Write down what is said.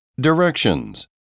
Directions